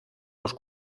los